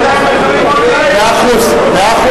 מאה אחוז.